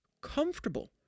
comfortable